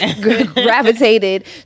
gravitated